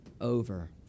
over